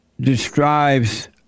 describes